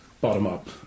bottom-up